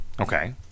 Okay